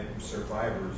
survivors